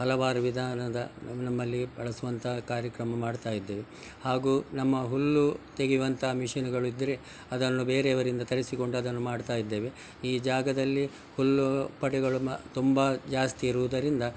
ಹಲವಾರು ವಿಧಾನದ ನಮ್ಮ ನಮ್ಮಲ್ಲಿ ಬಳಸುವಂತಹ ಕಾರ್ಯಕ್ರಮ ಮಾಡ್ತಾಯಿದ್ದೇವೆ ಹಾಗೂ ನಮ್ಮ ಹುಲ್ಲು ತೆಗೀವಂಥ ಮಿಷಿನ್ಗಳು ಇದ್ದರೆ ಅದನ್ನು ಬೇರೆಯವರಿಂದ ತರಿಸಿಕೊಂಡು ಅದನ್ನು ಮಾಡ್ತಾಯಿದ್ದೇವೆ ಈ ಜಾಗದಲ್ಲಿ ಹುಲ್ಲು ಪಡೆಗಳು ಮ ತುಂಬ ಜಾಸ್ತಿ ಇರುವುದರಿಂದ